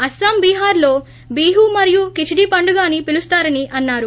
అస్సాం బీహార్లో బిహు మరియు ఖిచ్చి పండుగ అని పిలుస్తారని అన్నారు